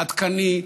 עדכני,